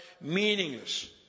meaningless